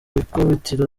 ikubitiro